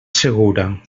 segura